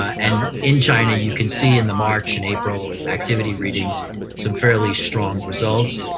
and in china, you can see in the march and april activity readings some fairly strong results.